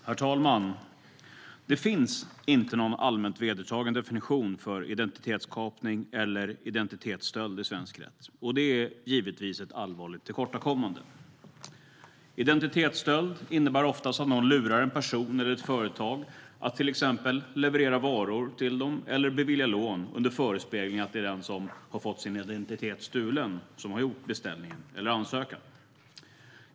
Herr talman! Det finns inte någon allmänt vedertagen definition av identitetskapning eller identitetsstöld i svensk rätt. Det är givetvis ett allvarligt tillkortakommande. Identitetsstöld innebär oftast att någon lurar en person eller ett företag att till exempel leverera varor till sig eller bevilja ett lån under förespegling att det är den som har fått sin identitet stulen som har gjort beställningen eller ansökan.